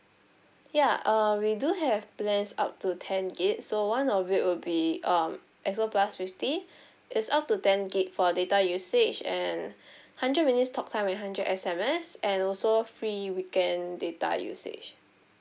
ya uh we do have plans up to ten gig so one of it will be um as of plus fifty is up to ten gig for data usage and hundred minutes talk time with hundred S_M_S and also free weekend data usage